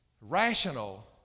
rational